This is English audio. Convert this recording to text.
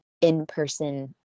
in-person